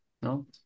¿No